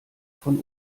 von